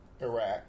Iraq